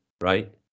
right